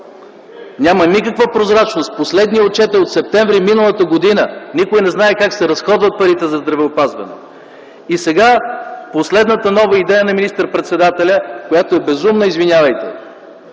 Няма никаква прозрачност, последният отчет е от м. септември 2009 г. Никой не знае как се разходват парите за здравеопазване. Сега последната нова идея на министър-председателя, която е безумна, извинявайте